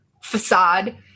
facade